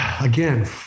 Again